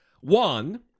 One